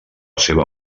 seva